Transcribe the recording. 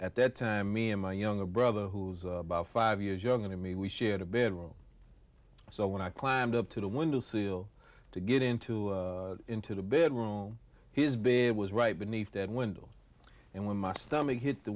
at that time me and my younger brother who is about five years younger than me we shared a bedroom so when i climbed up to the window sill to get into into the bedroom his bed was right beneath that window and when my stomach hit the